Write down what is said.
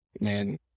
man